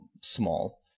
small